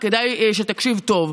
וכדאי שתקשיב טוב.